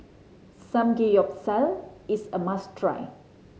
samgeyopsal is a must try